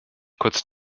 kurz